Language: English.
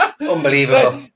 Unbelievable